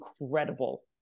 incredible